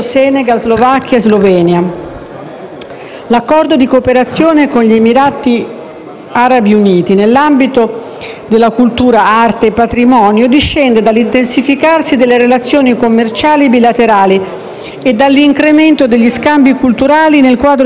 L'Accordo di cooperazione con gli Emirati Arabi Uniti nell'ambito della cultura, arte e patrimonio discende dall'intensificarsi delle relazioni commerciali bilaterali e dall'incremento degli scambi culturali, nel quadro di una rinnovata cooperazione politica.